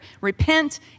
repent